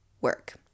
work